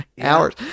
hours